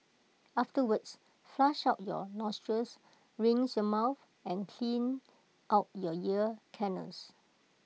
afterwards flush out your nostrils rinse your mouth and clean out you ear canals